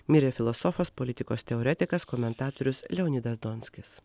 mirė filosofas politikos teoretikas komentatorius leonidas donskis